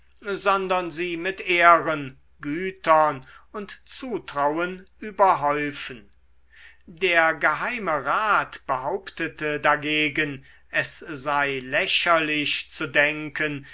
sondern sie mit ehren gütern und zutrauen überhäufen der geheimerat behauptete dagegen es sei lächerlich zu denken